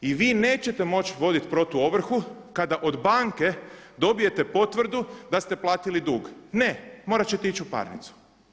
I vi nećete moći voditi protuovrhu kada od banke dobijete potvrdu da ste platili dug, ne, morati ćete ići u parnicu.